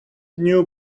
knew